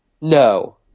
No